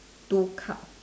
two cup